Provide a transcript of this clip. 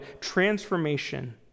transformation